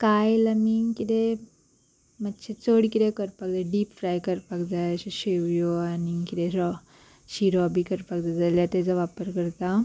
कायल आमी कितें मातशे चड कितें करपाक जाय डीप फ्राय करपाक जाय अशे शेवयो आनी कितें शिरो बी करपाक जाय जाल्यार तेजो वापर करता